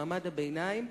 מעמד הביניים,